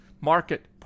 Market